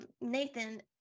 Nathan